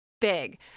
big